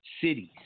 cities